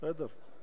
בסדר.